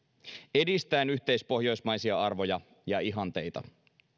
edistäen yhteispohjoismaisia arvoja ja ihanteita